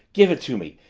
give it to me!